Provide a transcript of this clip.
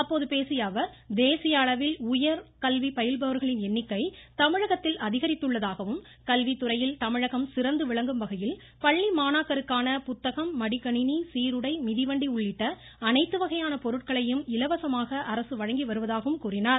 அப்போது பேசியஅவர் தேசிய அளவில் உயர் கல்வி பயில்பவர்களின் எண்ணிக்கை தமிழகத்தில் அதிகரித்துள்ளதாகவும் கல்வித்துறையில் தமிழகம் சிறந்துவிளங்கும்வகையில் பள்ளி மாணாக்கருக்கான புத்தகம் மடி கணினி மிதிவண்டி உள்ளிட்ட அனைத்து வகையான பொருட்களையும் சீருடை இலவசமாக அரசு வழங்கி வருவதாகவும் கூறினார்